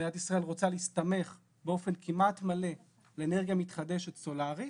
מדינת ישראל רוצה להסתמך באופן כמעט מלא על אנרגיה מתחדשת סולארית.